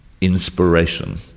inspiration